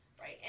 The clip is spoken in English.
Right